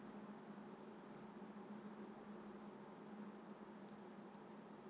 mm